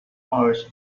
hours